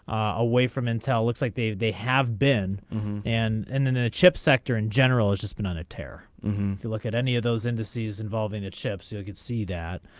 away from intel looks like they they have been and and and the chip sector in general it's just been on a tear to look at any of those indices involving it ships you could see that